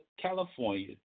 California